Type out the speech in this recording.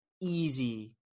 easy